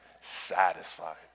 Satisfied